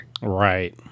Right